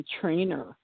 trainer